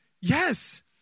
yes